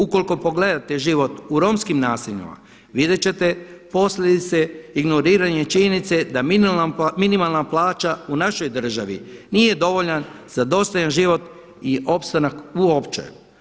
Ukoliko pogledate život u romskim naseljima vidjet ćete posljedice ignoriranje činjenice da minimalna plaća u našoj državi nije dovoljna za dostajan život i opstanak uopće.